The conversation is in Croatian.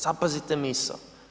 Zapazite misao.